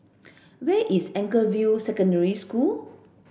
where is Anchorvale Secondary School